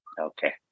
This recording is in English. okay